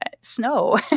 snow